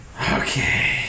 Okay